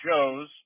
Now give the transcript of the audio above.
shows